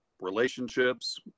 relationships